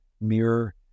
mirror